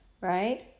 Right